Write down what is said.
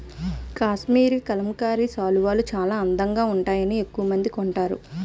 కాశ్మరీ కలంకారీ శాలువాలు చాలా అందంగా వుంటాయని ఎక్కవమంది కొంటారు